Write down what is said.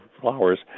flowers